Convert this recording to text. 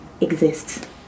exists